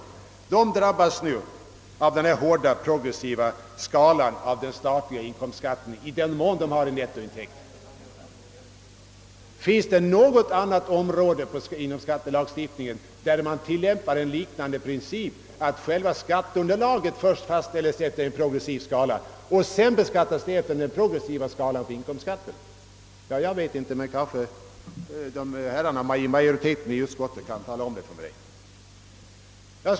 Dessa villaägare drabbas alltså redan nu av den hårda progressiva skalan för statlig inkomstskatt. Finns det något annat område inom skattelagstiftningen där man tillämpar en liknande princip, att själva skatteunderlaget först fastställs enligt en progressiv beräkning och sedan beskattas efter den progressiva skalan för inkomstskatten? Jag känner inte till något, men kanske herrarna inom utskottsmajoriteten kan tala om det för mig.